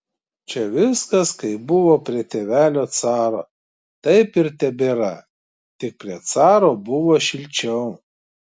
čia viskas kaip buvo prie tėvelio caro taip ir tebėra tik prie caro buvo šilčiau